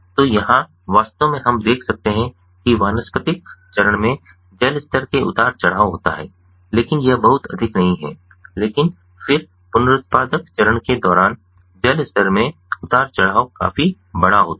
तो यहाँ वास्तव में हम देख सकते हैं कि वानस्पतिक चरण में जल स्तर में उतार चढ़ाव होता है लेकिन यह बहुत अधिक नहीं है लेकिन फिर पुनस्र्त्पादक चरण के दौरान जल स्तर में उतार चढ़ाव काफी बड़ा होता है